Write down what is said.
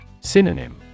Synonym